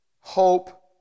hope